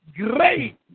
Great